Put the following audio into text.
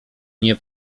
nie